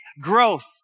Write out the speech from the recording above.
growth